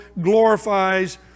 glorifies